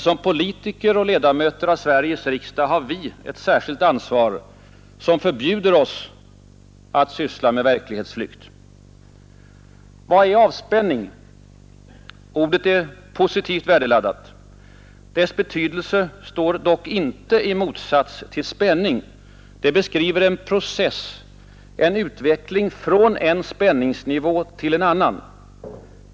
Som politiker och ledamöter av Sveriges riksdag har vi ett särskilt ansvar, som förbjuder oss att ägna oss åt verklighetsflykt. Vad är avspänning? Ordet är positivt värdeladdat. Dess betydelse står dock inte i motsats till spänning. Det beskriver en process, en utveckling från en spänningsnivå till en annan.